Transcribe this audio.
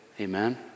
Amen